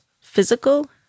physical